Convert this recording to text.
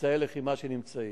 אמצעי לחימה שנמצאים,